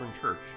Church